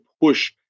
push